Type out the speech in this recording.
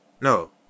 no